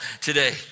today